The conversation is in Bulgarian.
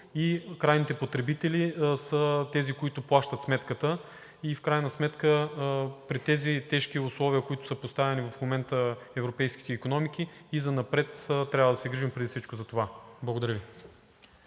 и крайните потребители са тези, които плащат сметката. И в крайна сметка при тези тежки условия, в които са поставени в момента европейските икономики, и занапред трябва да се грижим преди всичко за това. Благодаря Ви.